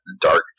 dark